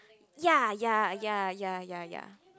ya ya ya ya ya ya